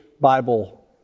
Bible